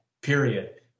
period